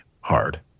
hard